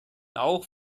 auch